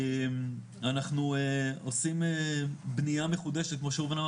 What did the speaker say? אנחנו עושים בנייה מחודשת - כמו שראובן אמר